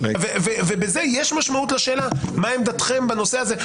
ובזה יש משמעות לשאלה מה עמדתכם בנושא הזה,